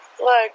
Look